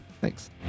Thanks